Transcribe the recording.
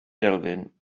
elfyn